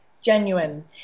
genuine